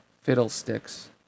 fiddlesticks